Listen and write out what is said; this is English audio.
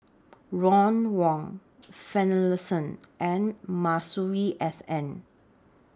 Ron Wong Finlayson and Masuri S N